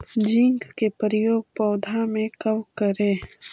Zinc के प्रयोग पौधा मे कब करे?